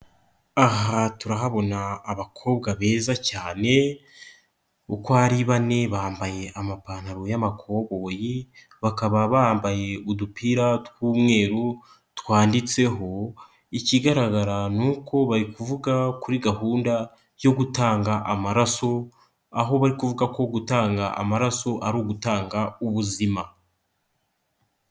Aha turahabona abakobwa beza cyane uko ari bane bambaye amapantaro y'amakoboyi bakaba bambaye udupira tw'umweru twanditseho, ikigaragara ni uko bavuga kuri gahunda yo gutanga amaraso aho bari kuvuga ko gutanga amaraso ari ugutanga ubuzima.